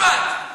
משפט.